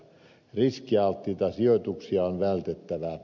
riskialttiita sijoituksia on vältettävä